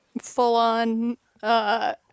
Full-on